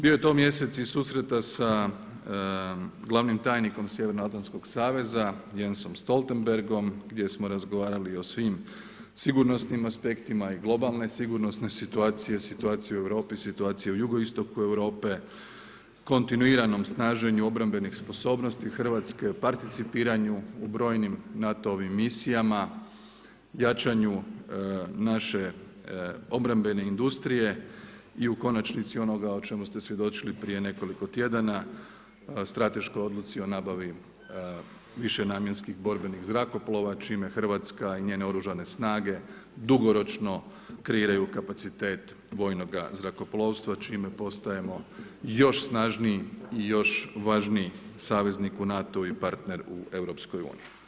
Bio je to mjesec i susreta sa glavnim tajnikom Sjevernoatlaskog saveza Jelsom Stoltenbergom gdje smo razgovarali o svim sigurnosnim aspektima i globalne sigurnosne situacije, situacije u Europi, situacije u jugo istoku Europe, kontinuiranom snaženju obrambenog sposobnosti Hrvatske, participiranju u brojnim NATO misijama, jačanju naše obrambene industrije i u konačnici onoga o čemu ste svjedočili prije nekoliko tjedana, strateški odluci o nabavi višenamjenskim borbenim zrakoplova, čime Hrvatska i njene oružane snage dugoročno kreiraju kapacitet vojnoga zrakoplovstva, čime postajemo još snažniji i još važniji saveznik u NATO i partner u EU.